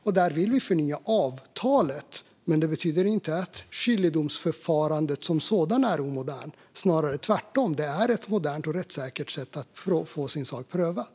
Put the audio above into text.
Vi vill förnya avtalet, men det betyder inte att skiljedomsförfarandet som sådant är omodernt. Det är snarare tvärtom ett modernt och rättssäkert sätt att få sin sak prövad.